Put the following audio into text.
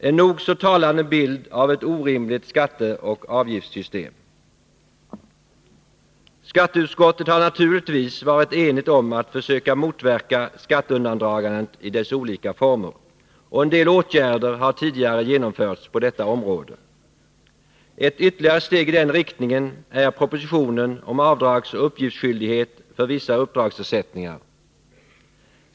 En nog så talande bild av ett orimligt Skatteutskottet har naturligtvis varit enigt om att försöka motverka skatteundandragandet i dess olika former, och en hel del åtgärder har tidigare genomförts på detta område. Ett ytterligare steg i den riktningen är propositionen om avdragsoch uppgiftsskyldighet för vissa uppdragsersättningar.